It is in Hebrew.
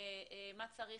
מה צריך,